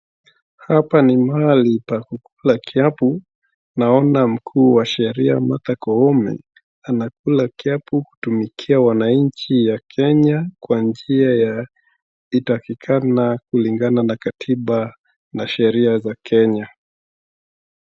Hapa ni mahali pa kukula kiapo naona mkuu wa sheria Martha Koome, amekula kiapo kutumikia wananchi ya Kenya kwa njia ya itakikana kulingana na katiba na sheria za Kenya.